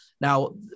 Now